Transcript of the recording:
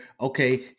okay